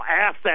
asset